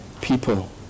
people